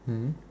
mmhmm